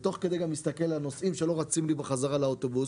ותוך כדי אני מסתכל גם על הנוסעים שלא רצים לי בחזרה לאוטובוס,